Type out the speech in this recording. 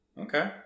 Okay